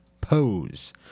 Pose